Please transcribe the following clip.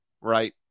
Right